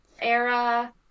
era